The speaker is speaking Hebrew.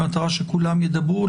במטרה שכולם ידברו.